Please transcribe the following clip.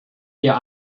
wir